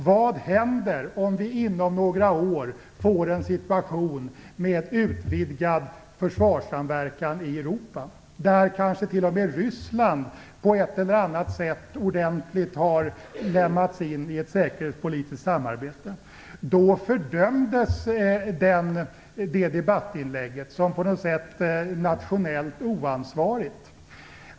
Vad händer om vi inom några år får en situation med en utvidgad försvarssamverkan i Europa där kanske t.o.m. Ryssland på ett eller annat sätt ordentligt har inlemmats i ett säkerhetspolitiskt samarbete? Då fördömdes det debattinlägget som på något sätt nationellt oansvarigt.